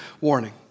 warning